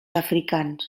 africans